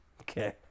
Okay